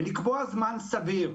ולקבוע זמן סביר.